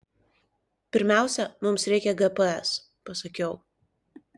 pirmiausia mums reikia gps pasakiau